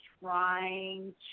trying